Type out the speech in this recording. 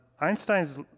Einstein's